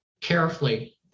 carefully